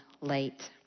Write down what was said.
late